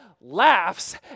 laughs